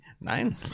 Nein